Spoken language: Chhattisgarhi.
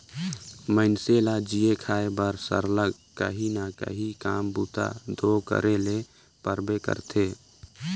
मइनसे ल जीए खाए बर सरलग काहीं ना काहीं काम बूता दो करे ले परबेच करथे